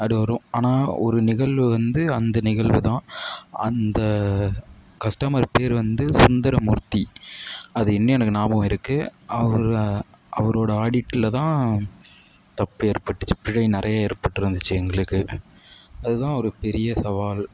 வரும் ஆனால் ஒரு நிகழ்வு வந்து அந்த நிகழ்வுதான் அந்த கஸ்டமர் பேர் வந்து சுந்தரமூர்த்தி அது இன்னும் எனக்கு ஞாபகம் இருக்குது அவர அவரோட ஆடிட்டில் தான் தப்பு ஏற்பட்டுச்சு பிழை நிறையா ஏற்பட்டிருந்துச்சி எங்களுக்கு அதுதான் ஒரு பெரிய சவால்